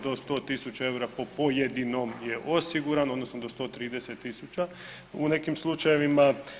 Do 100 tisuća eura po pojedinom je osigurano odnosno do 130 tisuća u nekim slučajevima.